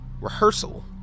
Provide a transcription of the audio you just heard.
rehearsal